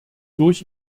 durch